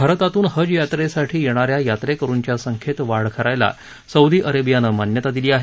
भारतातून हज यात्रेसाठी येणाऱ्या यात्रेकरूंच्या संख्येत वाढ करायला सौदी अरेबियानं मान्यता दिली आहे